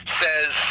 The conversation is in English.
says